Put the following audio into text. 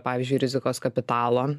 pavyzdžiui rizikos kapitalo